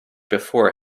before